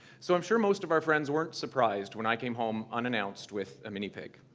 so i'm sure most of our friends weren't surprised when i came home unannounced with a mini pig.